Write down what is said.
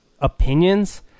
opinions